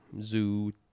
zoo